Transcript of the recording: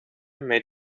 made